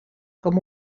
com